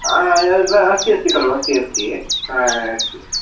अस्ति अस्ति खलु अस्ति अस्ति हा